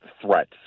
threat